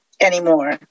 anymore